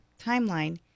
timeline